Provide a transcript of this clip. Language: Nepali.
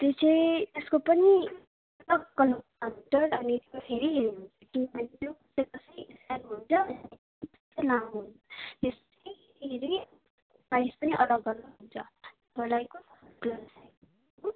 त्यो चाहिँ त्यसको पनि अनि त्यसमा फेरि प्राइस पनि अलग अलग हुन्छ